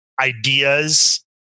ideas